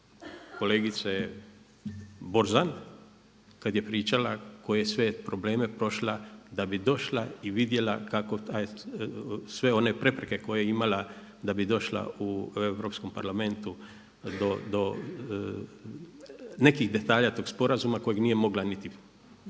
Kolegica Borzan kad je pričala koje sve probleme prošla da bi došla i vidjela kako taj, sve one prepreke koje je imala da bi došla u Europskom parlamentu do nekih detalja tog sporazuma kojeg nije mogla niti.